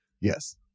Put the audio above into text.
Yes